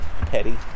petty